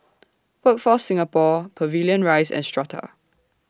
Workforce Singapore Pavilion Rise and Strata